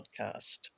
Podcast